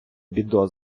бідо